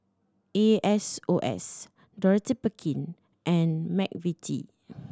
A S O S Dorothy and McVitie